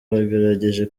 bagerageje